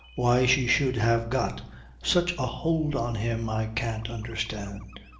why she should have got such a hold on him i can't understand.